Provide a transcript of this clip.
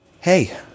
Hey